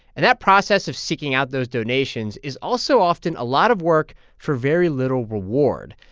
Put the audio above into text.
and that process of seeking out those donations is also often a lot of work for very little reward.